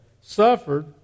suffered